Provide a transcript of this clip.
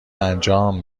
انجام